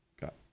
got